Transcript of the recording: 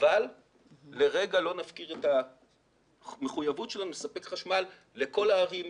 אבל לרגע לא נפקיר את המחויבות שלנו לספק חשמל לכל הערים,